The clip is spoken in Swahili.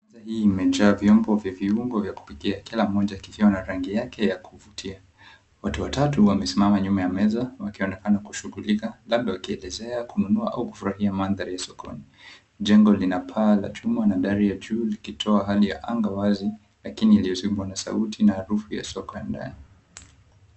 Hii imejaa vyombo vya viungo vya kupikia kila moja kikiwa na rangi yake ya kuvutia. Watu watatu wamesimama nyuma ya meza wakionekana kushughulika labda wakielezea kununua au kufurahia mandhari ya sokoni. Jengo lina paa la chuma na dari ya juu likitoa hali ya anga wazi lakini iliyozibwa na sauti na harufu ya soko ya ndani.